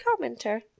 commenter